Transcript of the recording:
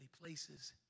places